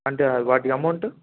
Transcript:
అంటే వాటి అమౌంటు